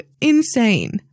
insane